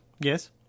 Yes